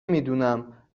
میدونم